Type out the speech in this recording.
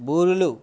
బూరెలు